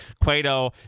Cueto